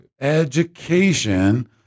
Education